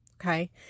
Okay